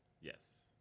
Yes